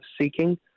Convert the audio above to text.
seeking